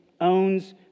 owns